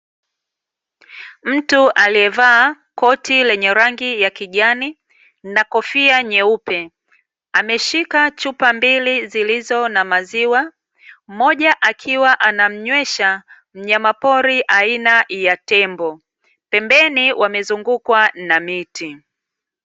Mtu aliyevaa koti lenye rangi ya kijani na kofia nyeupe, ameshika chupa mbili zilizo na maziwa, moja akiwa anamywesha mnyamapori aina ya tembo, pembeni wamezungukwa na miti.